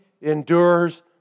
endures